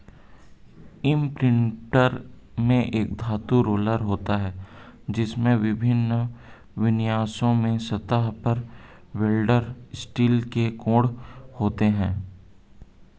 imprinter में एक धातु रोलर होता है, जिसमें विभिन्न विन्यासों में सतह पर वेल्डेड स्टील के कोण होते हैं